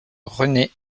rené